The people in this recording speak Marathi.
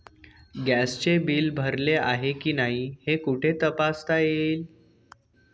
गॅसचे बिल भरले आहे की नाही हे कुठे तपासता येईल?